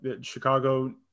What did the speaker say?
Chicago